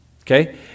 Okay